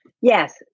Yes